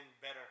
better